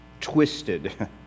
twisted